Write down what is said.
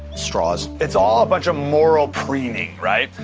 straws it's all a bunch of moral preening, right?